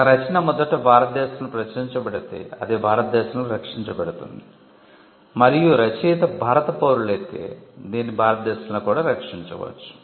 ఒక రచన మొదట భారతదేశంలో ప్రచురించబడితే అది భారతదేశంలో రక్షించబడుతుంది మరియు రచయిత భారత పౌరులైతే దీన్ని భారతదేశంలో కూడా రక్షించవచ్చు